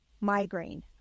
migraine